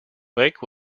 lake